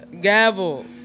Gavel